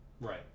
Right